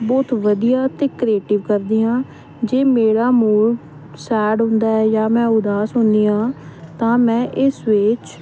ਬਹੁਤ ਵਧੀਆ ਅਤੇ ਕ੍ਰਿਏਟਿਵ ਕਰਦੀ ਹਾਂ ਜੇ ਮੇਰਾ ਮੂਡ ਸੈਡ ਹੁੰਦਾ ਹੈ ਜਾਂ ਮੈਂ ਉਦਾਸ ਹੁੰਦੀ ਹਾਂ ਤਾਂ ਮੈਂ ਇਸ ਵਿੱਚ